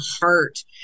heart